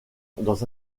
dans